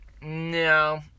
No